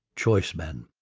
choice men.